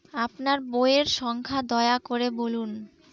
আপনার বইয়ের সংখ্যা দয়া করে বলুন?